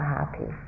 happy